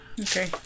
Okay